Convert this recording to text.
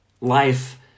life